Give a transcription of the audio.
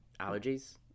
allergies